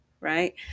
right